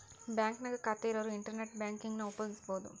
ಬಾಂಕ್ನ್ಯಾಗ ಖಾತೆ ಇರೋರ್ ಇಂಟರ್ನೆಟ್ ಬ್ಯಾಂಕಿಂಗನ ಉಪಯೋಗಿಸಬೋದು